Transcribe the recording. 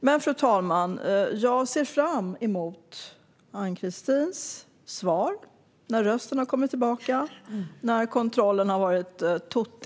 Men, fru talman, jag ser fram emot Ann-Christins svar när rösten har kommit tillbaka och kontrollen är gjord.